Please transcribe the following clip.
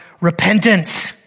repentance